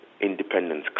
independence